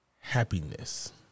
happiness